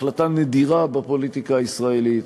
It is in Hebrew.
החלטה נדירה בפוליטיקה הישראלית,